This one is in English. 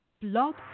blog